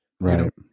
Right